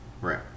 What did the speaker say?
Right